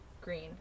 Green